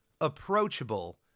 approachable